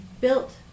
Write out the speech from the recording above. built